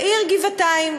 בעיר גבעתיים,